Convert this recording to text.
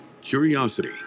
curiosity